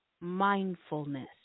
mindfulness